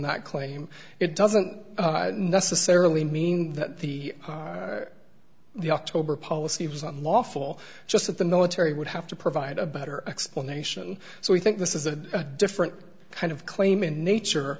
that claim it doesn't necessarily mean that the the october policy was unlawful just that the military would have to provide a better explanation so we think this is a different kind of claim in nature